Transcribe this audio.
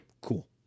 Cool